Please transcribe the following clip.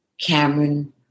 Cameron